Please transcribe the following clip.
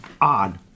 odd